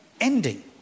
ending